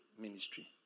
ministry